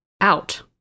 out